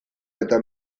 eta